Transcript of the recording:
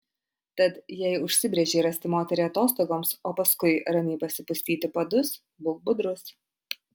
tad jei užsibrėžei rasti moterį atostogoms o paskui ramiai pasipustyti padus būk budrus